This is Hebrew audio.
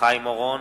חיים אורון,